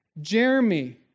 Jeremy